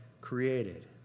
created